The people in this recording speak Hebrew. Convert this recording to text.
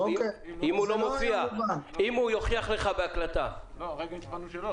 אם הוא יוכיח לך בהקלטה --- הרגע הצבענו שלא.